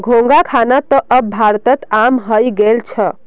घोंघा खाना त अब भारतत आम हइ गेल छ